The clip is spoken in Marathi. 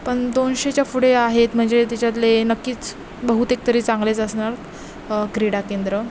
पण दोनशेच्या पुढे आहेत म्हणजे त्याच्यातले नक्कीच बहुतेक तरी चांगलेच असणार क्रीडा केंद्र